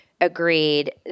agreed